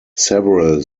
several